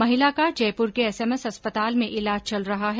महिला का जयपुर के एसएमएस अस्पताल में इलाज चल रहा है